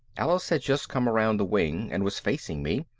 alice had just come around the wing and was facing me.